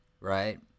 right